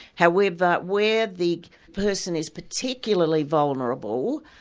however, where the person is particularly vulnerable,